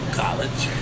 college